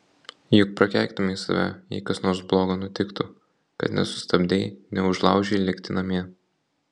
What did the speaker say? juk prakeiktumei save jei kas nors blogo nutiktų kad nesustabdei neužlaužei likti namie